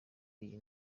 iyi